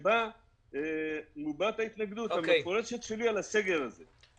שבו מובעת ההתנגדות המפורשת שלי לסגר הזה.